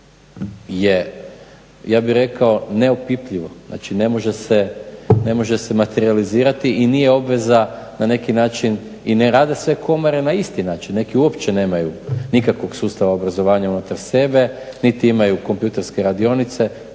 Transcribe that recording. neopipljivo, znači ne može se materijalizirati i nije obveza na neki način i ne rade sve komore na isti način. Neki uopće nemaju nikakvog sustava obrazovanja unutar sebe, niti imaju kompjuterske radionice.